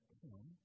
come